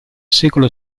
secolo